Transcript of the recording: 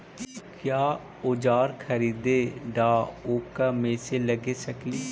क्या ओजार खरीदने ड़ाओकमेसे लगे सकेली?